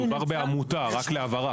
לגבי ההריסות יש הבדל בשנים האחרונות?